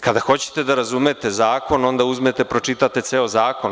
Kada hoćete da razumete zakon, onda uzmete pročitate ceo zakon.